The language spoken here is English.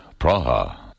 Praha